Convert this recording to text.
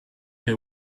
che